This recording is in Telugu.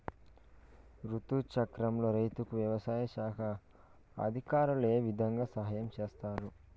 రుతు చక్రంలో రైతుకు వ్యవసాయ శాఖ అధికారులు ఏ విధంగా సహాయం చేస్తారు?